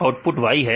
तो output y है